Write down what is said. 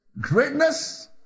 greatness